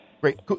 Great